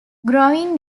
growing